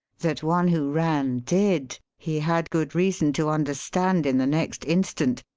that one who ran did, he had good reason to understand in the next instant,